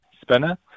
spinner